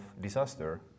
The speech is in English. disaster